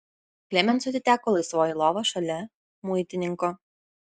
klemensui atiteko laisvoji lova šalia muitininko